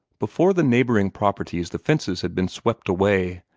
before the neighboring properties the fences had been swept away,